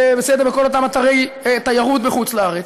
בכל אותם אתרי תיירות בחוץ לארץ,